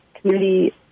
community